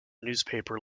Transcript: newspaper